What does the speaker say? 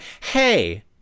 Hey